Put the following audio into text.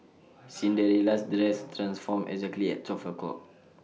Cinderella's dress transformed exactly at twelve o'clock